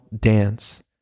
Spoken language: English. dance